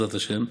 בעזרת השם,